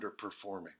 underperforming